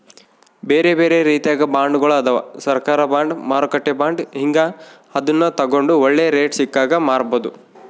ಬೇರೆಬೇರೆ ರೀತಿಗ ಬಾಂಡ್ಗಳು ಅದವ, ಸರ್ಕಾರ ಬಾಂಡ್, ಮಾರುಕಟ್ಟೆ ಬಾಂಡ್ ಹೀಂಗ, ಅದನ್ನು ತಗಂಡು ಒಳ್ಳೆ ರೇಟು ಸಿಕ್ಕಾಗ ಮಾರಬೋದು